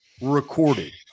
recorded